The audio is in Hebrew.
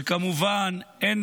וכמובן שאין